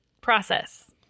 process